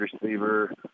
receiver